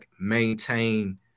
maintain